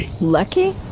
Lucky